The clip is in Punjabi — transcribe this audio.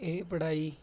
ਇਹ ਪੜ੍ਹਾਈ